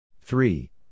Three